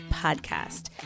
podcast